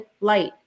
light